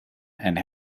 and